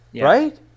right